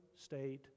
state